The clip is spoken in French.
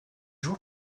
jours